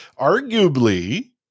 arguably